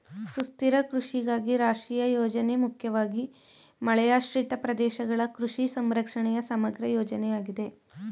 ಸುಸ್ಥಿರ ಕೃಷಿಗಾಗಿ ರಾಷ್ಟ್ರೀಯ ಯೋಜನೆ ಮುಖ್ಯವಾಗಿ ಮಳೆಯಾಶ್ರಿತ ಪ್ರದೇಶಗಳ ಕೃಷಿ ಸಂರಕ್ಷಣೆಯ ಸಮಗ್ರ ಯೋಜನೆಯಾಗಿದೆ